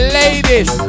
ladies